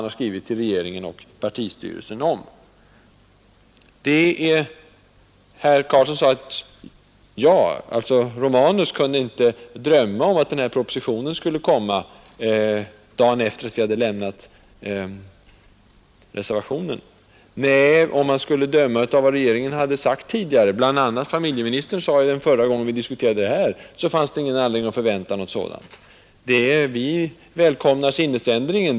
Herr Karlsson sade att jag inte hade kunnat drömma om att skattepropositionen skulle framläggas dagen efter det att vi hade avgivit reservationen. Nej, om man skulle döma av vad regeringen hade sagt tidigare — bl.a. av vad familjeministern sade förra gången vi diskuterade detta — fanns det ingen anledning förvänta något sådant. Vi välkomnar sinnesändringen.